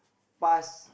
pass